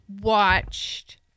watched